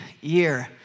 year